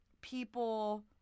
people